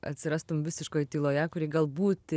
atsirastum visiškoje tyloj kuri galbūt